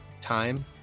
time